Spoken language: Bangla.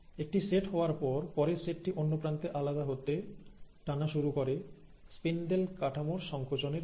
একটি সেট হওয়ার পর পরের সেটটি অন্যপ্রান্তে আলাদা হতে টানা শুরু করে স্পিন্ডেল কাঠামোর সংকোচনের জন্য